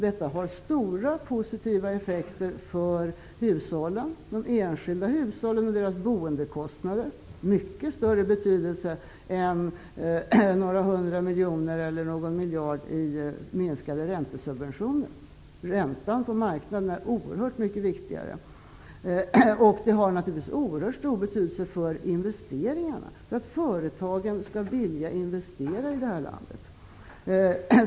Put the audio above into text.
Detta har stora positiva effekter för de enskilda hushållen och deras boendekostnader -- mycket större betydelse än några hundra miljoner eller någon miljard i minskade räntesubventioner. Räntan på marknaden är oerhört mycket viktigare. Det har naturligtvis också oerhört stor betydelse för investeringarna, för att företagen i detta land skall vilja investera.